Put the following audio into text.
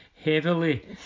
heavily